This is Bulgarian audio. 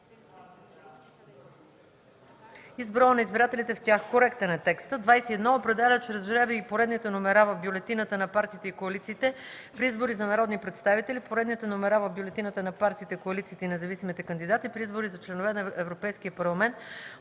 с броя на избирателите в тях; 21. определя чрез жребий поредните номера в бюлетината на партиите и коалициите при избори за народни представители, поредните номера в бюлетината на партиите, коалициите и независимите кандидати при избори за членове на Европейския парламент